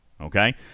okay